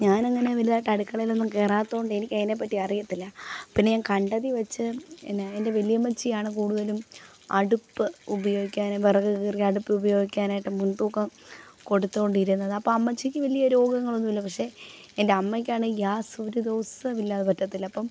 ഞാനങ്ങനെ വലുതായിട്ട് അടുക്കളയിലൊന്നും കയാറാത്തതുകൊണ്ട് എനിക്ക് അതിനെപ്പറ്റി അറിയത്തില്ല പിന്നെ ഞാൻ കണ്ടതിൽ വെച്ച് പിന്നെ എൻ്റെ വല്യമ്മച്ചിയാണ് കൂടുതലും അടുപ്പ് ഉപയോഗിക്കാനും വിറക് കീറി അടുപ്പ് ഉപയോഗിക്കാനായിട്ട് മുൻതൂക്കം കൊടുത്തുകൊണ്ടിരുന്നത് അപ്പോൾ അമ്മച്ചിക്ക് വലിയ രോഗങ്ങളൊന്നും ഇല്ല പക്ഷേ എൻ്റെ അമ്മയ്ക്കാണെങ്കിൽ ഗ്യാസ് ഒരു ദിവസം ഇല്ലാതെ പറ്റത്തില്ല അപ്പം